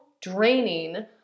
draining